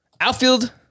outfield